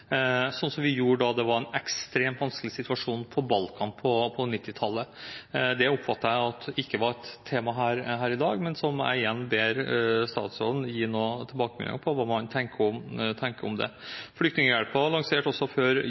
som vi gjorde da det var en ekstremt vanskelig situasjon på Balkan på 1990-tallet. Det oppfatter jeg at ikke var et tema her i dag, men som jeg igjen ber statsråden gi tilbakemelding på, hva man tenker om det. Flyktninghjelpen lanserte også før